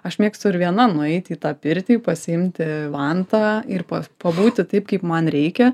aš mėgstu ir viena nueiti į tą pirtį pasiimti vantą ir pa pabūti taip kaip man reikia